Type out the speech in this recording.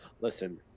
Listen